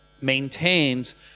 maintains